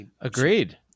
Agreed